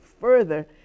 further